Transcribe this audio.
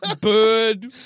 bird